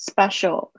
Special